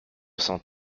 sans